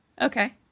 Okay